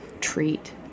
treat